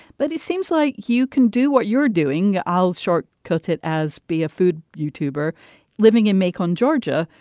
but it seems like you can do what you're doing. i'll short coat it as be a food youtube or living in macon, georgia,